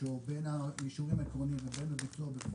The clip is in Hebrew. בחודשו בין האישורים העקרוניים לבין הביצוע בפועל,